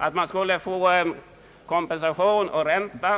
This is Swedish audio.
Att de skulle få kompensation och ränta